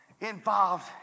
Involved